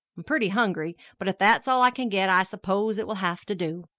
i'm pretty hungry but if that's all i can get i suppose it will have to do.